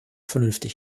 vernünftig